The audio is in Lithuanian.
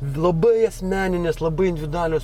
labai asmeninės labai individualios